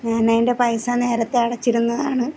ഞാൻ അതിന്റെ പൈസ നേരത്തെ അടച്ചിരുന്നതാണ്